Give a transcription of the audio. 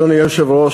אדוני היושב-ראש,